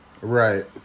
Right